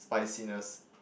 spiciness